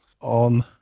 on